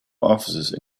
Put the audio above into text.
offices